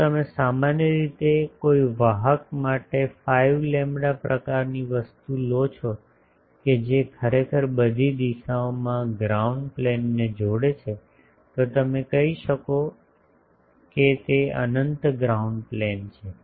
જો તમે સામાન્ય રીતે કોઈ વાહક માટે 5 લેમ્બડા પ્રકારની વસ્તુ લો છો કે જે બધી દિશાઓમાં ગ્રાઉન્ડ પ્લેનને જોડે છે તો તમે કહી શકો કે તે અનંત ગ્રાઉન્ડ પ્લેન છે